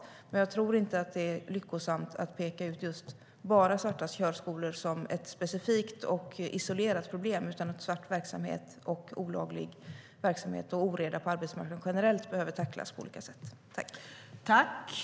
Men jag tror inte att det är lyckosamt att peka ut bara svarta körskolor som ett specifikt och isolerat problem, utan svart verksamhet, olaglig verksamhet och oreda på arbetsmarknaden generellt behöver tacklas på olika sätt. Överläggningen var härmed avslutad.